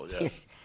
Yes